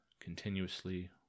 continuously